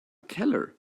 keller